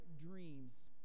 dreams